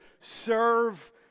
serve